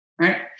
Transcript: right